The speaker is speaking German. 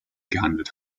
gehandelt